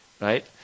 right